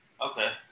Okay